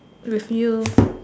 with you